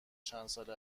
چندسال